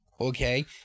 Okay